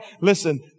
listen